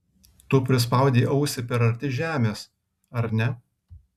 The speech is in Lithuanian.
tu prispaudei ausį per arti žemės ar ne